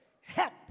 help